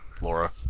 Laura